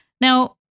Now